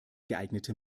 geeignete